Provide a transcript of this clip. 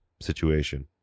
situation